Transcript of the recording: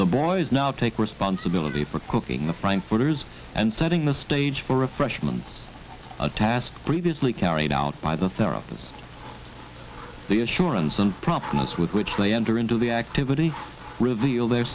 the boy is now take responsibility for cooking the frankfurters and setting the stage for refreshment a task previously carried out by the therapist the assurance and promptness with which they enter into the activity reveal their